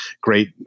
great